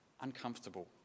uncomfortable